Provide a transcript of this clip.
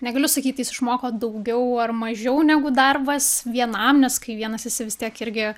negaliu sakyt jis išmoko daugiau ar mažiau negu darbas vienam nes kai vienas esi vis tiek irgi